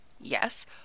yes